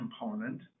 component